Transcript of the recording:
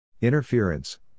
Interference